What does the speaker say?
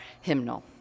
hymnal